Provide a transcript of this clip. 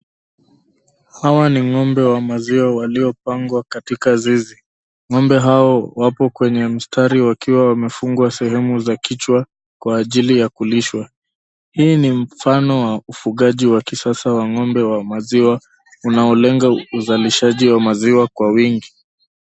Hawa ni ng'ombe wa maziwa walio pangwa katika zizi. Ng'ombe hawa wako kwenye mstari wakiwa wamefungwa sehemu za kichwa kwa ajili ya kulishwa. Hii ni mfano wa ufugaji wa kisasa wa ng'ombe wa maziwa unao lenga uzalishaji wa maziwa kwa wingi.